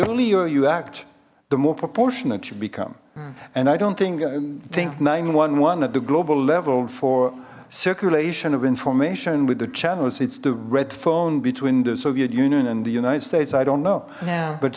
earlier you act the more proportionate you become and i don't think think at the global level for circulation of information with the channels it's the red phone between the soviet union and the united states i don't know yeah but